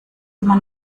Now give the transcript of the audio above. immer